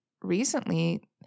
recently